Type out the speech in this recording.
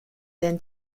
then